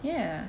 ya